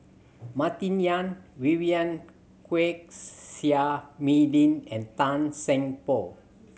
Martin Yan Vivien Quahe Seah Mei Lin and Tan Seng Poh